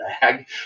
bag